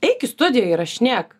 eik į studiją įrašinėk